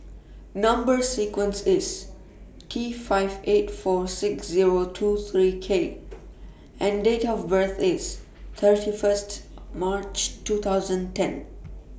Number sequence IS T five eight four six Zero two three K and Date of birth IS thirty First March two thousand ten